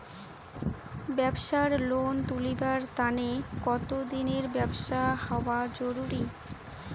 ব্যাবসার লোন তুলিবার তানে কতদিনের ব্যবসা হওয়া জরুরি?